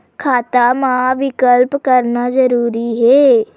खाता मा विकल्प करना जरूरी है?